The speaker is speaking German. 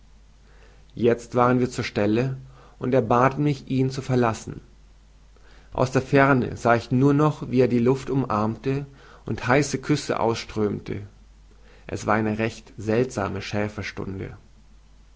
jetzt waren wir zur stelle und er bat mich ihn zu verlassen aus der ferne sah ich nur noch wie er die luft umarmte und heiße küsse ausströmte es war eine recht seltsame